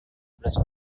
belas